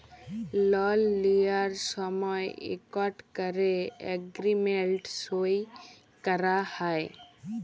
লল লিঁয়ার সময় ইকট ক্যরে এগ্রীমেল্ট সই ক্যরা হ্যয়